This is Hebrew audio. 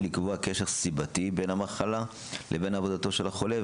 לקבוע קשר סיבתי בין המחלה לבין עבודתו של החולה,